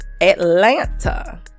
Atlanta